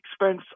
expense